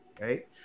right